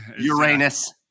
Uranus